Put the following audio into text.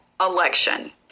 election